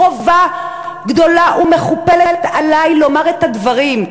חובה גדולה ומכופלת עלי לומר את הדברים,